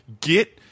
Get